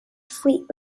fleet